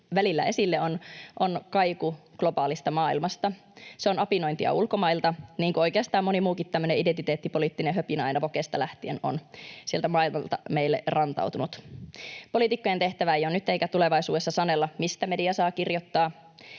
välillä esille, on kaiku globaalista maailmasta. Se on apinointia ulkomailta, niin kuin oikeastaan moni muukin tämmöinen identiteettipoliittinen höpinä aina wokesta lähtien on sieltä maailmalta meille rantautunut. Poliitikkojen tehtävä ei ole nyt eikä tulevaisuudessa sanella, mistä media saa kirjoittaa